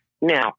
Now